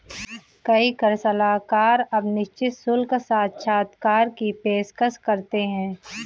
कई कर सलाहकार अब निश्चित शुल्क साक्षात्कार की पेशकश करते हैं